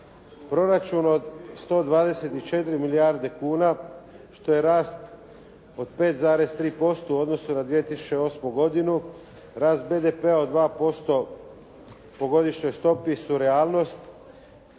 Proračun od 124 milijarde kuna što je rast od 5,3% u odnosu na 2008. godinu, rast BDP-a od 2% po godišnjoj stopi su realnost